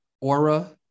aura